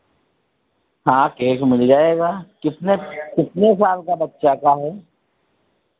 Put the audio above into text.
हाँ केक मिल जाएगा कितने कितने साल का बच्चा का है